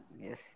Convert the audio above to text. yes